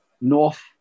North